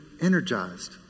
energized